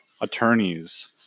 attorneys